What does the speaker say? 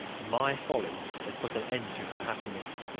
my folly has put an end to her happiness,